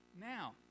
Now